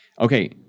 Okay